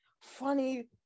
funny